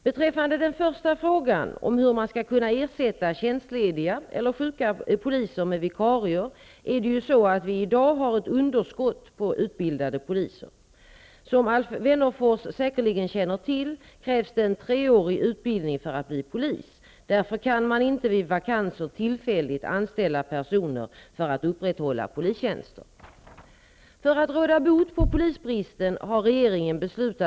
Beträffande den första frågan, om hur man skall kunna ersätta tjänstlediga eller sjuka poliser med vikarier, är det ju så att vi i dag har ett underskott på utbildade poliser. Som Alf Wennerfors säkerligen känner till krävs det en treårig utbildning för att bli polis. Därför kan man inte vid vakanser tillfälligt anställa personer för att upprätthålla polistjänster.